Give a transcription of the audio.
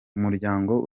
umuryango